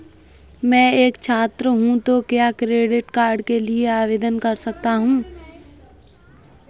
मैं एक छात्र हूँ तो क्या क्रेडिट कार्ड के लिए आवेदन कर सकता हूँ?